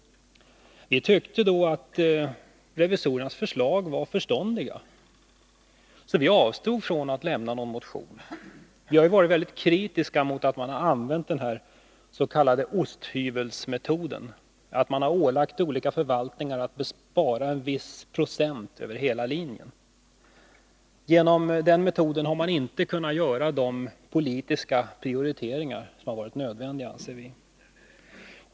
Vi tyckte då att revisorernas förslag var förståndiga, så vi avstod från att lämna någon motion. Vi har varit väldigt kritiska mot att man har använt den s.k. osthyvelsmetoden, dvs. att man har ålagt olika förvaltningar att spara en viss procent över hela linjen. Genom den metoden har man inte kunnat göra de politiska prioriteringar som har varit nödvändiga, anser vi.